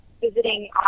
visiting